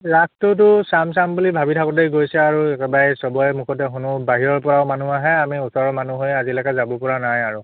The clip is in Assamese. ৰাসটোতো চাম চাম বুলি ভাবি থাকোঁতেই গৈছে আৰু একেবাৰে চবৰে মুখতে শুনোঁ বাহিৰৰপৰাও মানুহ আহে আমি ওচৰৰ মানুহে আজিলৈকে যাবপৰা নাই আৰু